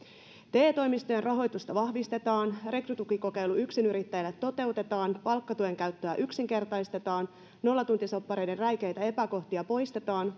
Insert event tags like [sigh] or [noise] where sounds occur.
te toimistojen rahoitusta vahvistetaan rekrytukikokeilu yksinyrittäjille toteutetaan palkkatuen käyttöä yksinkertaistetaan nollatuntisoppareiden räikeitä epäkohtia poistetaan [unintelligible]